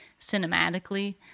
cinematically